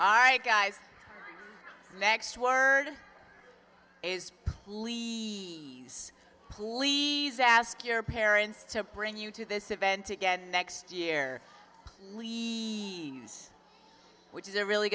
right guys next word is levy's please ask your parents to bring you to this event again next year leaves which is a really